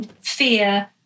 fear